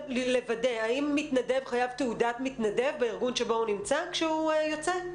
האם מתנדב חייב תעודת מתנדב בארגון שבו הוא נמצא כשהוא יוצא?